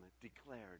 declared